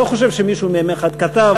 אני לא חושב שמישהו מהם כתב,